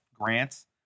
grants